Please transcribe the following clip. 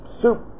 soup